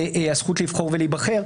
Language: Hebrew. הזכות לבחור ולהיבחר,